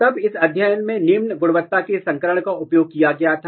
तब इस अध्ययन में निम्न गुणवत्ता के संकरण का उपयोग किया गया था